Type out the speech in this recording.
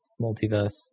multiverse